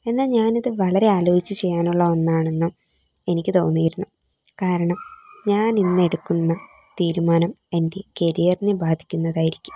എന്നാൽ ഞാനത് വളരെ ആലോചിച്ച് ചെയ്യാനുള്ള ഒന്നാണെന്ന് എനിക്ക് തോന്നിയിരുന്നു കാരണം ഞാൻ ഇന്നെടുക്കുന്ന തീരുമാനം എൻ്റെ കരിയറിനെ ബാധിക്കുന്നതായിരിക്കും